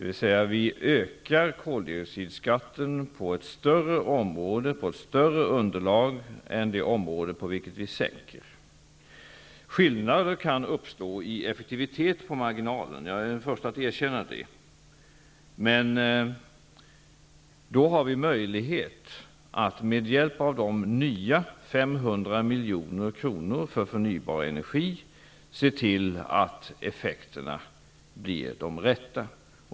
Vi ökar koldioxidskatten för ett större område, ett större underlag, än det område för vilket vi sänker den. Skillnader i effektivitet kan uppstå på marginalen. Jag är den förste att erkänna det. Men då har vi möjlighet att, med hjälp av de nya 500 miljoner kronorna till förnybar energi, se till att effekterna blir de rätta.